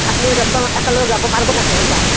আপুনি দহটা একেলগে যাব পাৰিব নকে অলবা